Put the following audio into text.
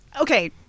okay